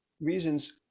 reasons